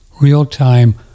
real-time